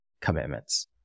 commitments